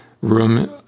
room